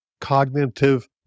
cognitive